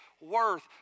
worth